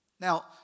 Now